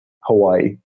Hawaii